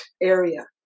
area